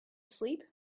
sleep